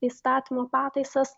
įstatymo pataisas